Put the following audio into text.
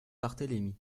barthélémy